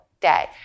day